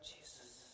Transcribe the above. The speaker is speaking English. Jesus